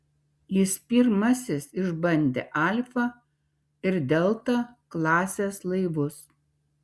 jis pirmasis išbandė alfa ir delta klasės laivus